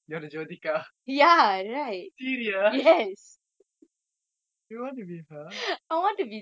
you are the jyothika serious you want to be her